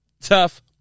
Tough